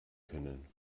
können